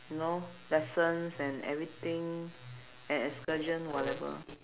you know lessons and everything and excursion whatever